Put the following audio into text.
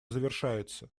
завершается